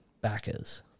backers